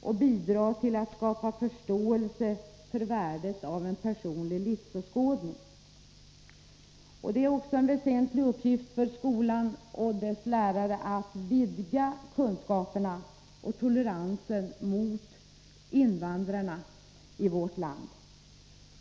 och bidra till att skapa förståelse för värdet av en personlig livsåskådning. Det är också en väsentlig uppgift för skolan och dess lärare att vidga kunskaperna om och toleransen mot invandrarna i vårt land.